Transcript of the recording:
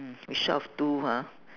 mm we short of two ha